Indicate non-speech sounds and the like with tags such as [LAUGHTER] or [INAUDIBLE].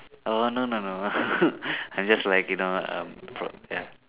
oh no no no [LAUGHS] I'm just like you know um pro~ ya